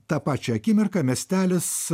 tą pačią akimirką miestelis